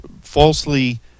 falsely